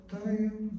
time